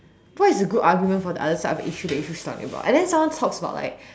what is a good argument for the other side of the issue that you were just talking about and then someone talks about like